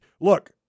look